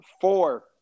four